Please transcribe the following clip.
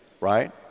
right